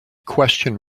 question